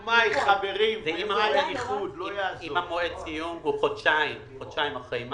אם מועד הסיום הוא חודשיים אחרי מאי,